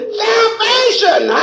salvation